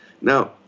Now